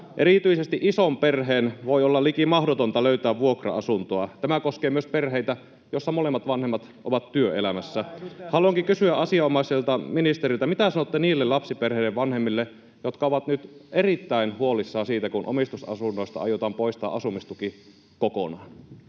Erityisesti ison perheen voi olla liki mahdotonta löytää vuokra-asuntoa. Tämä koskee myös perheitä, joissa molemmat vanhemmat ovat työelämässä. Haluankin kysyä asianomaiselta ministeriltä: mitä sanotte niille lapsiperheiden vanhemmille, jotka ovat nyt erittäin huolissaan siitä, kun omistusasunnoista aiotaan poistaa asumistuki kokonaan?